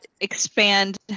expand